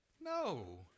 No